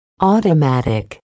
Automatic